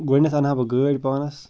گۄڈٕنٮ۪تھ اَنہٕ ہا بہٕ گٲڑۍ پانَس